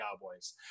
Cowboys